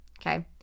Okay